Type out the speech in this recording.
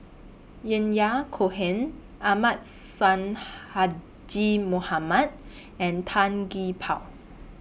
Yahya Cohen Ahmad Sonhadji Mohamad and Tan Gee Paw